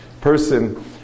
person